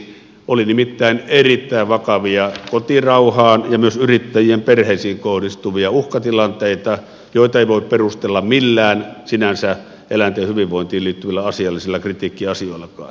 oli nimittäin erittäin vakavia kotirauhaan ja myös yrittäjien perheisiin kohdistuvia uhkatilanteita joita ei voi perustella millään sinänsä eläinten hyvinvointiin liittyvillä asiallisilla kritiikkiasioillakaan